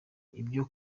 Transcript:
ibyo